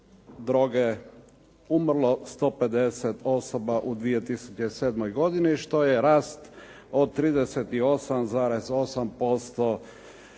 droge umrlo 150 osoba u 2007. godini što je rast od 38,8%